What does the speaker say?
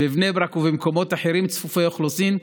בבני ברק ובמקומות צפופי אוכלוסין אחרים,